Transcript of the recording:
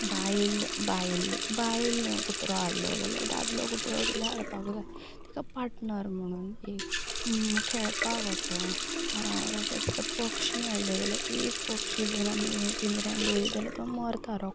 बायल बायल बायल कुत्रो हाडलो जाल्यार दादलो कुत्रो सुद्दा हाडपाक जाय तेका पार्टनर म्हुणून एक खेळपाक असो तशेंच आतां पक्षी हाडलें जाल्यार एक पक्षी जर आमी पिजऱ्यांत दवरीत जाल्यार तो मरता रोखडो